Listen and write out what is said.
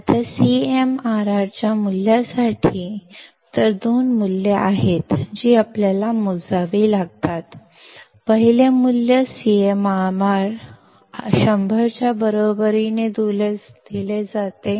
आता CMRR च्या मूल्यासाठी तर दोन मूल्ये आहेत जी आपल्याला मोजावी लागतात पहिले मूल्य CMRR 100 च्या बरोबरीने दिले जाते